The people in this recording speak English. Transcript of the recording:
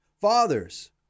Fathers